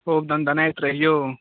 खूब दन दनाइत रहियौ